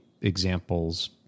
examples